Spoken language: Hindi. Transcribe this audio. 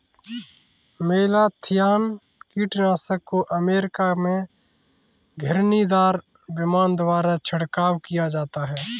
मेलाथियान कीटनाशक को अमेरिका में घिरनीदार विमान द्वारा छिड़काव किया जाता है